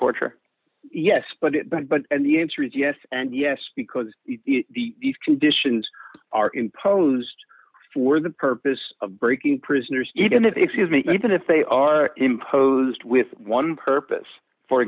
torture yes but it but but and the answer is yes and yes because the conditions are imposed for the purpose of breaking prisoners even that excuse me even if they are imposed with one purpose for